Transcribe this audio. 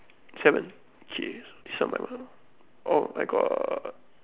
seven okay seven oh I got